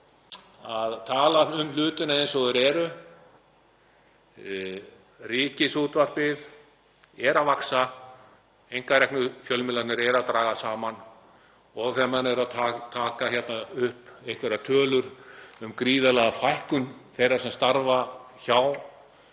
að tala um hlutina eins og þeir eru. Ríkisútvarpið er að vaxa, einkareknu fjölmiðlarnir eru að dragast saman og þegar menn eru að taka upp einhverjar tölur um gríðarlega fækkun þeirra sem starfa hjá